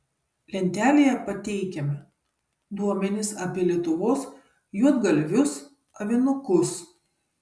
lentelėje pateikiame duomenis apie lietuvos juodgalvius avinukus